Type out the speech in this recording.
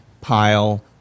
pile